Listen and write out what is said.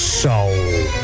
soul